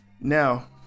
Now